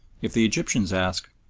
if, the egyptians ask,